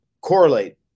correlate